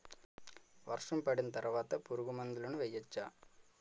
వర్షం పడిన తర్వాత పురుగు మందులను వేయచ్చా?